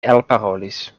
elparolis